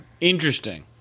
Interesting